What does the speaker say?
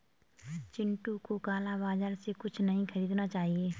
चिंटू को काला बाजार से कुछ नहीं खरीदना चाहिए